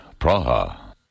Praha